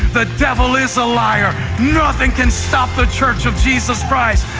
the devil is a liar. nothing can stop the church of jesus christ.